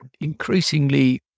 increasingly